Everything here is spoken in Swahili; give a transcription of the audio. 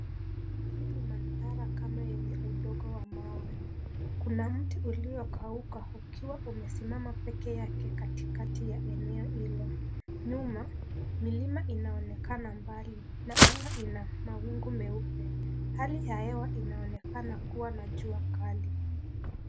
Hiii ni maandhari kama yenye iko na udogo wa mawe. Kuna mti uliokakuka ukiwa umesimama peke yake kati kati ya eneo hilo. Nyuma, milima inaonekana kwa umbali na anga ina mawingu meupe. Hali ya hewa inaonekana kuwa na jua Kali.